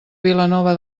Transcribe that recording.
vilanova